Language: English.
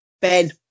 Ben